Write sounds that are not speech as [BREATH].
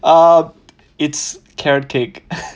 uh it's carrot cake [BREATH]